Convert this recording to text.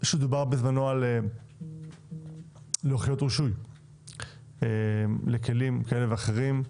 שבזמנו דובר על לוחיות רישוי לכלים כאלה ואחרים,